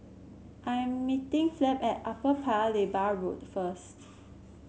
I am meeting Flem at Upper Paya Lebar Road first